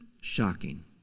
Shocking